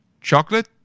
Chocolate